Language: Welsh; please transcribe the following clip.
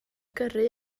gyrru